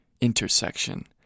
intersection